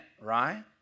right